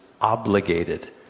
obligated